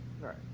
Right